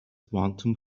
quantum